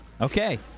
Okay